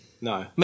No